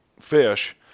fish